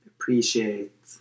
appreciate